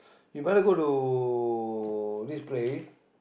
you better go to this place